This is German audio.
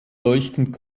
leuchtend